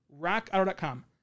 RockAuto.com